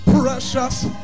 precious